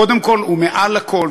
קודם כול ומעל הכול,